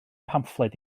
pamffled